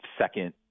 second